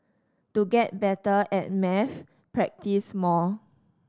to get better at maths practise more